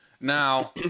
now